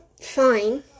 fine